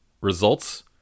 results